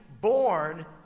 born